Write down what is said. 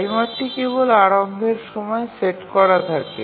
টাইমারটি কেবল আরম্ভের সময় সেট করা থাকে